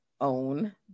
own